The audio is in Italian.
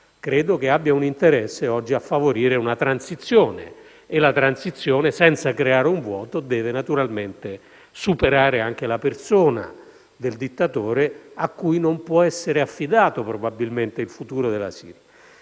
credo che oggi abbia un interesse a favorire una transizione. E la transizione, senza creare un vuoto, deve naturalmente superare anche la persona del dittatore, cui non può essere affidato probabilmente il futuro della Siria.